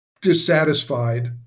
dissatisfied